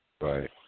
Right